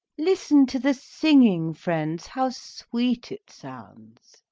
listen to the singing, friends, how sweet it sounds.